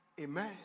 Amen